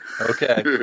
Okay